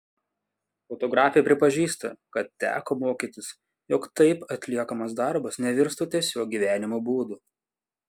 fotografė pripažįsta kad teko mokytis jog taip atliekamas darbas nevirstų tiesiog gyvenimo būdu